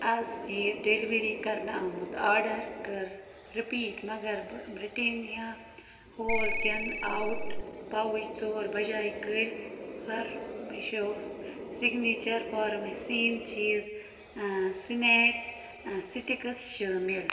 اَز ژیٖر ڈیلیوری کَرنہٕ آمُت آرڈر کَر رِپیٖٹ مگر بہٕ برٛٹینیا ہول کٮ۪ن آوُٹ پاوُچ ژور بجاے کٔرۍ فرمِشوس signature parmesan cheese snack sticks شٲمِل